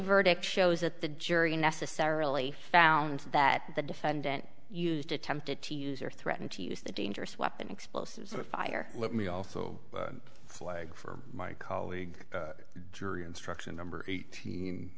verdict shows that the jury necessarily found that the defendant used attempted to use or threaten to use the dangerous weapon explosives and fire let me also flag for my colleague jury instruction number eighteen